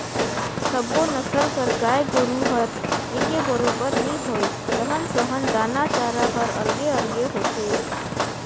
सब्बो नसल कर गाय गोरु हर एके बरोबर नी होय, रहन सहन, दाना चारा हर अलगे अलगे होथे